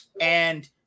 and-